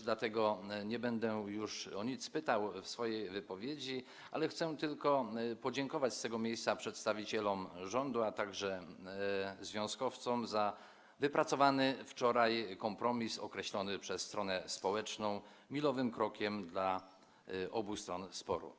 Dlatego nie będę już o nic pytał w swojej wypowiedzi, chcę tylko podziękować z tego miejsca przedstawicielom rządu, a także związkowcom za wypracowany wczoraj kompromis określony przez stronę społeczną jako milowy krok dla obu stron sporu.